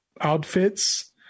outfits